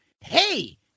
Hey